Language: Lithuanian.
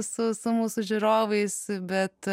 su su mūsų žiūrovais bet